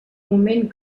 moment